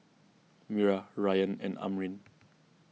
Wira Ryan and Amrin